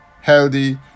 healthy